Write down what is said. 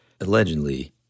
allegedly